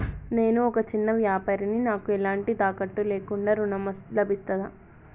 నేను ఒక చిన్న వ్యాపారిని నాకు ఎలాంటి తాకట్టు లేకుండా ఋణం లభిస్తదా?